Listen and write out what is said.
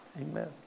amen